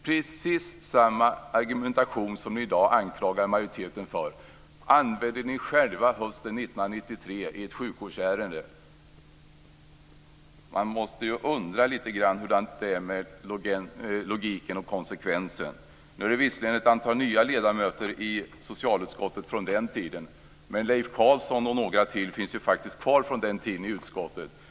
Precis samma argumentation som ni i dag anklagar majoriteten för använde ni själva hösten 1993 i ett sjukvårdsärende. Man måste undra lite grann hurdant det är med logiken och konsekvensen. Nu är det visserligen ett antal nya ledamöter i socialutskottet sedan den tiden, men Leif Carlson och några till finns faktiskt kvar från den tiden i utskottet.